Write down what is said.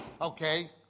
Okay